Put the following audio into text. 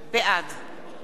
יעקב אדרי,